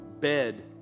bed